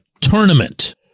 tournament